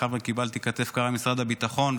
קיבלתי כתף קרה ממשרד הביטחון,